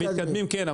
מתקדמים כן,